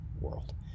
world